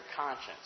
conscience